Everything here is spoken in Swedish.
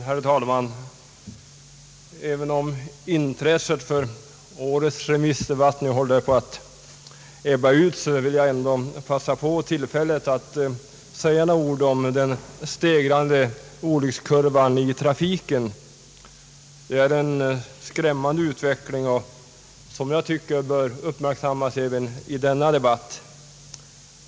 Herr talman! Även om intresset för årets remissdebatt nu håller på att ebba ut, vill jag passa på tillfället att säga några ord om den stegrade olyckskurvan i trafiken. Det är en skrämmande utveckling, som jag tycker bör uppmärksammas även i denna debatt.